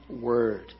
word